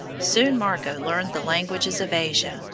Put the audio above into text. soon marco learned the languages of asia,